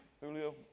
Julio